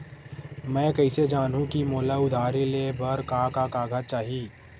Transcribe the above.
मैं कइसे जानहुँ कि मोला उधारी ले बर का का कागज चाही?